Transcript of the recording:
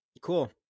cool